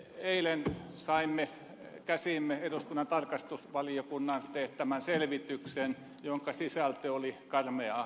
eilen saimme käsiimme eduskunnan tarkastusvaliokunnan teettämän selvityksen jonka sisältö oli karmeaa luettavaa